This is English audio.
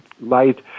light